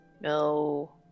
No